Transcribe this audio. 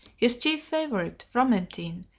his chief favorite, fromentin,